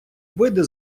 види